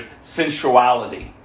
sensuality